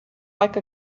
like